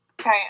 Okay